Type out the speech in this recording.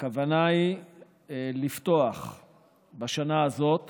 הכוונה היא לפתוח בשנה הזאת